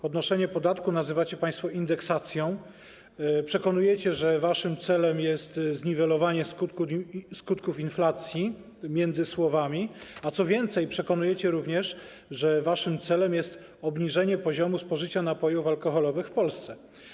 Podnoszenie podatku nazywacie państwo indeksacją, przekonujecie, że waszym celem jest zniwelowanie skutków inflacji - między słowami - a co więcej, przekonujecie również, że waszym celem jest obniżenie poziomu spożycia napojów alkoholowych w Polsce.